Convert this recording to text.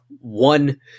one